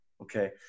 Okay